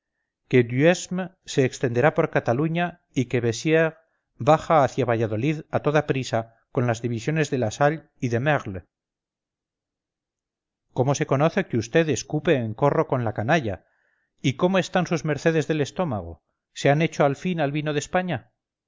que duhesme se extenderá por cataluña y que bessires baja hacia valladolid a toda prisa con las divisiones de lasalle y de merle cómo se conoce que vd escupe en corro con la canalla y cómo están sus mercedes del estómago se han hecho al fin al vino de españa